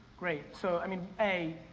great. so i mean, a,